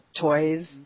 toys